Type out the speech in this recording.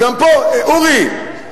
אורי,